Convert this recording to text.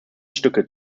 stücke